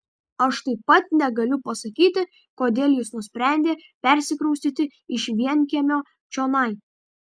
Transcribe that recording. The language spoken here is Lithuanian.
aš taip pat negaliu pasakyti kodėl jis nusprendė persikraustyti iš vienkiemio čionai